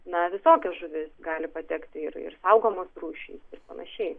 na visokias žuvys gali patekti ir ir saugomos rūšys ir panašiai